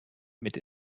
mit